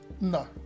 No